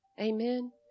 Amen